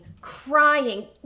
crying